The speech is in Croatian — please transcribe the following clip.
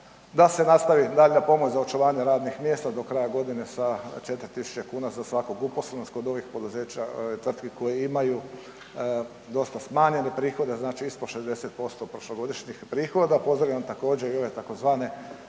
da se nastavi daljnja pomoć za očuvanje radnih mjesta do kraja godine sa 4 tisuće kuna za svakog uposlenog kod ovih poduzeća i tvrtki koje imaju dosta smanjenje prihode, znači ispod 60% prošlogodišnjih prihoda. Pozdravljam također, i ove tzv.